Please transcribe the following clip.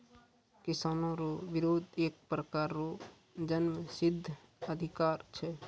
किसानो रो बिरोध एक प्रकार रो जन्मसिद्ध अधिकार छै